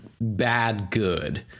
bad-good